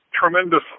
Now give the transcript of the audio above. tremendous